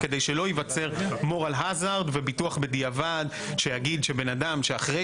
כדי שלא ייווצר moral hazard וביטוח בדיעבד שיגיד שבן אדם שאחרי